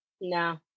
No